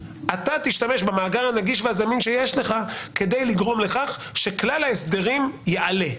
אתה תשתמש במאגר הזמין והנגיש שיש לך כדי לגרום לכך שכלל ההסדרים יעלה.